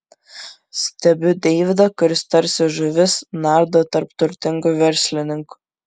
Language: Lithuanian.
stebiu deividą kuris tarsi žuvis nardo tarp turtingų verslininkų